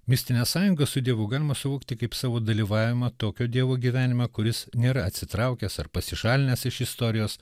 mistinę sąjungą su dievu galima suvokti kaip savo dalyvavimą tokio dievo gyvenime kuris nėra atsitraukęs ar pasišalinęs iš istorijos